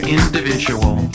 individual